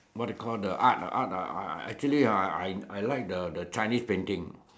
what they call the art ah art ah actually ah I I like the Chinese painting